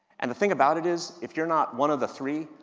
and the thing about it is, if you're not one of the three,